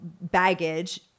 baggage